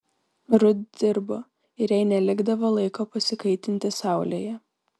rut dirbo ir jai nelikdavo laiko pasikaitinti saulėje